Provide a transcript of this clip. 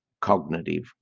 cognitive